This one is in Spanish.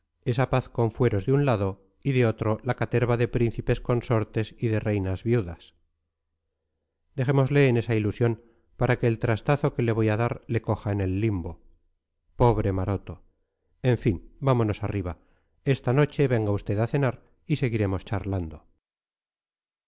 esa paz con fueros de un lado y de otro la caterva de príncipes consortes y de reinas viudas dejémosle en esa ilusión para que el trastazo que le voy a dar le coja en el limbo pobre maroto en fin vámonos arriba esta noche venga usted a cenar y seguiremos charlando